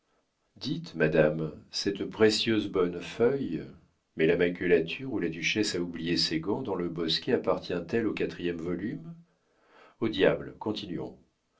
madame cette précieuse bonne feuille mais la maculature où la duchesse a oublié ses gants dans le bosquet appartient elle au quatrième volume au diable continuons